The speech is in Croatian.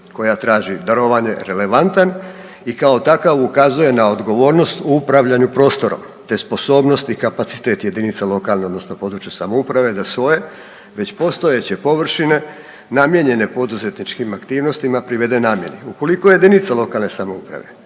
koja traži darovanje relevantan i kao takav ukazuje na odgovornost u upravljanju prostorom te sposobnost i kapacitet jedinice lokalne odnosno područne samouprave da svoje već postojeće površine namijenjene poduzetničkim aktivnostima privede namjeni. Ukoliko jedinice lokalne samouprave